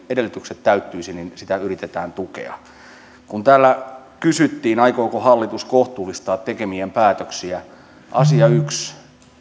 edellytykset täyttyisivät ja sitä yritetään tukea täällä kysyttiin aikooko hallitus kohtuullistaa tekemiään päätöksiä asia yksi ryhmäpuheenvuoroissa